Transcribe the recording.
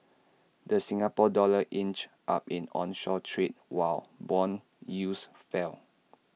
the Singapore dollar inched up in onshore trade while Bond yields fell